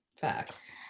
facts